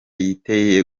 giteye